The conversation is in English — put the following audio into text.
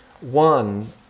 One